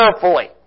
carefully